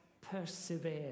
persevere